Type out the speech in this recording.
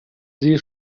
sie